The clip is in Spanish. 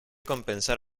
compensar